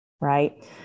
right